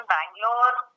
Bangalore